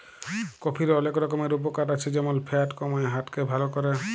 কফির অলেক রকমের উপকার আছে যেমল ফ্যাট কমায়, হার্ট কে ভাল ক্যরে